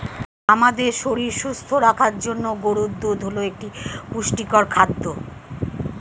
আমাদের শরীর সুস্থ রাখার জন্য গরুর দুধ হল একটি পুষ্টিকর খাদ্য